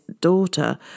daughter